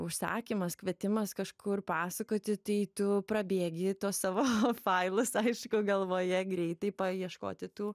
užsakymas kvietimas kažkur pasakoti tai tu prabėgi tuos savo failus aišku galvoje greitai paieškoti tų